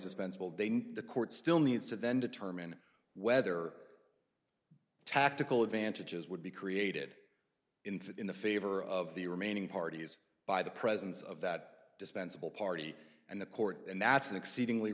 know the court still needs to then determine whether tactical advantages would be created in the favor of the remaining parties by the presence of that dispensable party and the court and that's an exceedingly